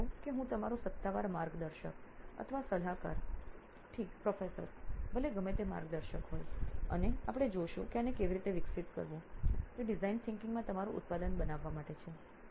અને કહો કે હું તમારો સત્તાવાર માર્ગદર્શિક અથવા સલાહકાર ઠીક પ્રાધ્યાપક ભલે ગમે તે માર્ગદર્શક હોય અને આપણે જોશું કે આને કેવી રીતે વિકસિત કરવું તે ડિઝાઇન વિચારસરણીમાં તમારું ઉત્પાદન બનાવવા માટે છે